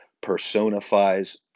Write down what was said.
personifies